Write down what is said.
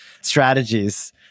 strategies